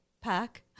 pack